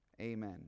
amen